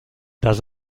does